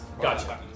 Gotcha